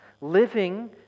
living